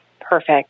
Perfect